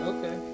Okay